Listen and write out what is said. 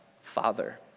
father